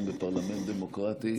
גם בפרלמנט דמוקרטי,